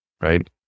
right